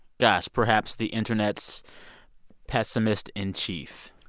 gosh, perhaps the internet's pessimist in chief.